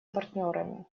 партнерами